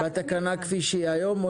התקנה כפי שהיא היום?